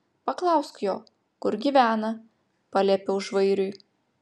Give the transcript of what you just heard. paklausk jo kur gyvena paliepiau žvairiui